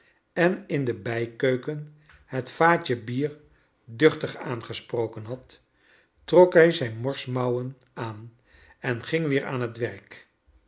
en in de bljkeuken het vaatje bier duchtig aangesproken had trok hij zijn morsmouwen aan en ging weer aan iet werk